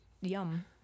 yum